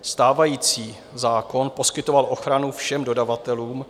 Stávající zákon poskytoval ochranu všem dodavatelům.